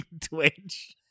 Twitch